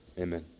amen